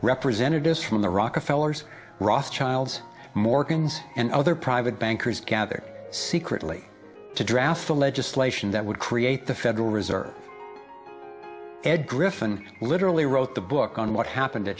representatives from the rockefeller's rothschilds morgans and other private bankers gather secretly to draft the legislation that would create the federal reserve ed griffin literally wrote the book on what happened to